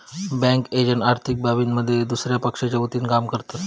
bank agent आर्थिक बाबींमध्ये दुसया पक्षाच्या वतीनं काम करतत